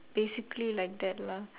basically like that lah